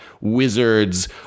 wizards